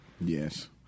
Yes